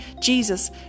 Jesus